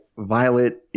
Violet